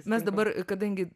mes dabar kadangi